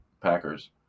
Packers